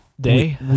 day